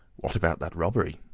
what about that robbery?